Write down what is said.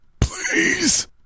Please